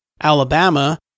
Alabama